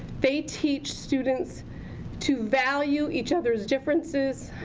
they teach students to value each other's differences.